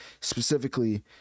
specifically